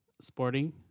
Sporting